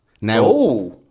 Now